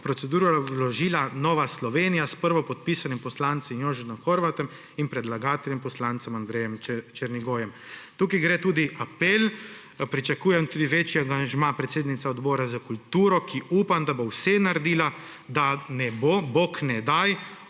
proceduro vložila Nova Slovenija s prvopodpisanim poslancem Jožefom Horvatom in predlagateljem poslancem Andrejem Černigojem.« Tukaj gre tudi apel, pričakujem tudi večji angažma predsednice Odbora za kulturo, ki upam, da bo vse naredila, da ne bo, bog ne daj,